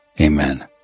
Amen